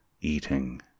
eating